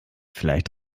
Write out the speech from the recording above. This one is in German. vielleicht